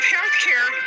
Healthcare